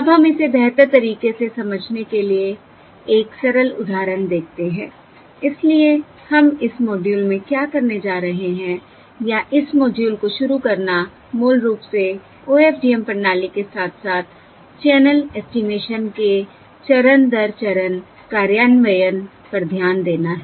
अब हम इसे बेहतर तरीके से समझने के लिए एक सरल उदाहरण देखते हैं इसलिए हम इस मॉड्यूल में क्या करने जा रहे हैं या इस मॉड्यूल को शुरू करना मूल रूप से OFDM प्रणाली के साथ साथ चैनल ऐस्टीमेशन के चरण दर चरण कार्यान्वयन पर ध्यान देना है